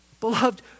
Beloved